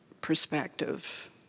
perspective